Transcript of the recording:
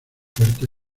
puerta